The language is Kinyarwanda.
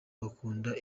bakunda